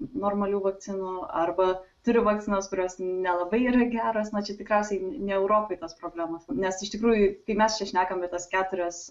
normalių vakcinų arba turi vakcinas kurios nelabai yra geros na čia tikriausiai ne europoj tos problemos nes iš tikrųjų kai mes čia šnekam apie tas keturias